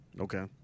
Okay